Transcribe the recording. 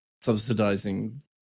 subsidizing